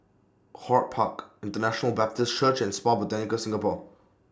HortPark International Baptist Church and Spa Botanica Singapore